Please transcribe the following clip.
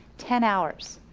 ten hours,